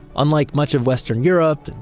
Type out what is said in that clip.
unlike much of western europe,